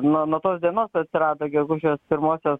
nuo nuo tos dienos atsirado gegužės pirmosios